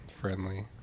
friendly